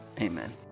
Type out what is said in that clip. Amen